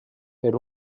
per